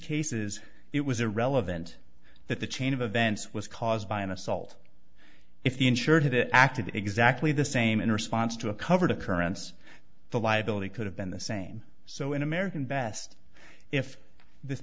cases it was irrelevant that the chain of events was caused by an assault if the insured had acted exactly the same in response to a covered occurrence the liability could have been the same so in american best if this